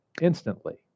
instantly